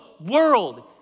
world